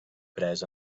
pres